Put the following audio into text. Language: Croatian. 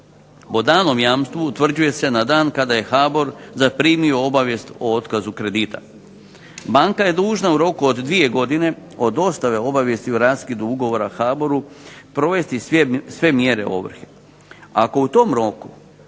o danom jamstvu utvrđuje se na dan kada je HBOR zaprimio obavijest o otkazu kredita. Banka je dužna u roku od dvije godine od dostave obavijesti o raskidu ugovora HBOR-u provesti sve mjere ovrhe. Ako u tom roku